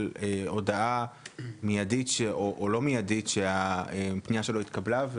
הודעה מיידית או לא מיידית - שהפנייה שלו התקבלה?